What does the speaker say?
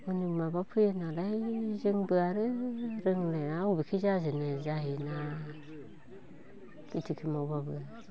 आं माबा फोयो नालाय जोंबो आरो रोंनाया अबेखि जाजेनो जायोना खिथिखो मावब्लाबो